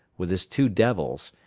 with his two devils,